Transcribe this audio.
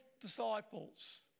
disciples